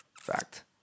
Fact